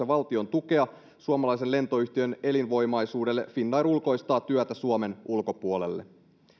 valtion tukea suomalaisen lentoyhtiön elinvoimaisuudelle finnair samanaikaisesti ulkoistaa työtä suomen ulkopuolelle